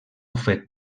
fet